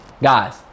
guys